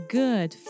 good